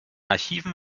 archiven